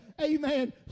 Amen